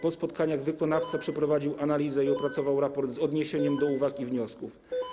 Po spotkaniach wykonawca przeprowadził analizę i opracował raport z odniesieniem do uwag i wniosków.